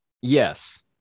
Yes